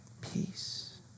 peace